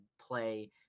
play